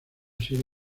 sido